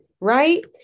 right